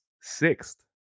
sixth